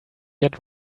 yet